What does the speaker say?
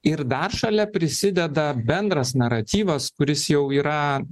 ir dar šalia prisideda bendras naratyvas kuris jau yra